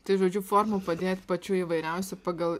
tai žodžiu formų padėt pačių įvairiausių pagal